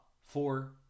four